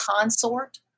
consort